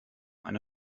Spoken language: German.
eine